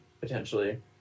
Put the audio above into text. potentially